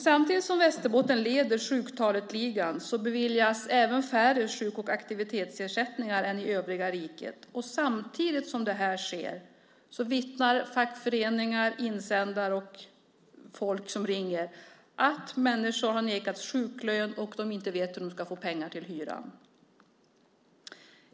Samtidigt som Västerbotten leder sjuktaletligan beviljas färre sjuk och aktivitetsersättningar än i övriga riket. Samtidigt som det sker vittnar fackföreningar, insändare och folk som ringer om att människor har nekats sjuklön och inte vet hur de ska få pengar till hyran.